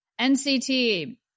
NCT